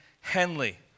Henley